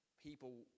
people